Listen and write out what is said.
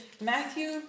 Matthew